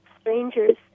strangers